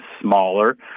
smaller